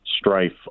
strife